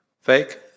Fake